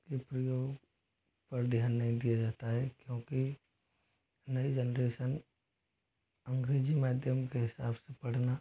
के प्रयोग पर ध्यान नहीं दिया जाता है क्योंकि नई जेनरेसन अंग्रेज़ी माध्यम के हिसाब से पढ़ना